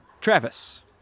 Travis